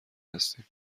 هستیم